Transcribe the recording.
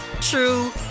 true